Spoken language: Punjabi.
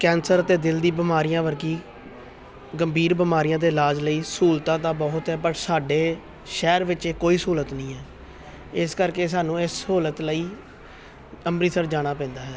ਕੈਂਸਰ ਅਤੇ ਦਿਲ ਦੀ ਬਿਮਾਰੀਆਂ ਵਰਗੀ ਗੰਭੀਰ ਬਿਮਾਰੀਆਂ ਅਤੇ ਇਲਾਜ ਲਈ ਸਹੂਲਤਾਂ ਤਾਂ ਬਹੁਤ ਹੈ ਪਰ ਸਾਡੇ ਸ਼ਹਿਰ ਵਿੱਚ ਕੋਈ ਸਹੂਲਤ ਨਹੀਂ ਹੈ ਇਸ ਕਰਕੇ ਸਾਨੂੰ ਇਸ ਸਹੂਲਤ ਲਈ ਅੰਮ੍ਰਿਤਸਰ ਜਾਣਾ ਪੈਂਦਾ ਹੈ